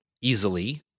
easily